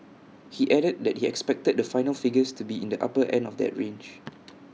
he added that he expected the final figures to be in the upper end of that range